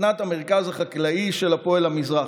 מתנת המרכז החקלאי של הפועל המזרחי.